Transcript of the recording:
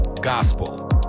gospel